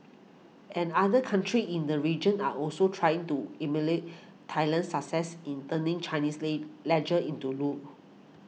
and other countries in the region are also trying to emulate Thailand's success in turning Chinese lay leisure into loot